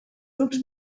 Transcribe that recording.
grups